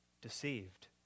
Deceived